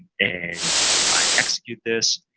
and if i execute this,